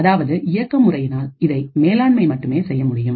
அதாவது இயக்க முறைமையினால் இதை மேலாண்மை மட்டுமே செய்ய முடியும்